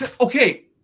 Okay